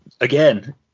again